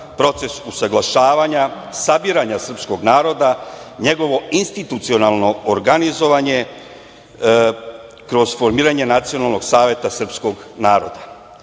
proces usaglašavanja, sabiranja srpskog naroda, njegovo institucionalno organizovanje kroz formiranje nacionalnog saveta srpskog naroda. Mi